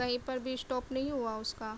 کہیں پر بھی اسٹاپ نہیں ہوا اس کا